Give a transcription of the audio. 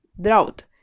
drought